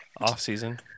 off-season